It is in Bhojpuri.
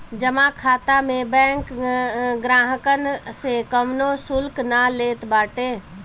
जमा खाता में बैंक ग्राहकन से कवनो शुल्क ना लेत बाटे